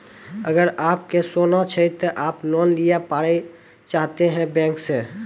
अगर आप के सोना छै ते आप लोन लिए पारे चाहते हैं बैंक से?